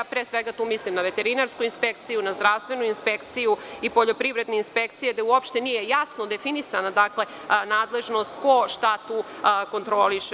Pre svega tu mislim na veterinarsku inspekciju, na zdravstvenu inspekciju i na poljoprivrednu inspekciju, da uopšte nije jasno definisana nadležnost ko šta tu kontroliše.